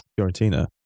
Fiorentina